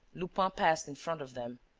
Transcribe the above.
lupin passed in front of them.